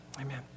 amen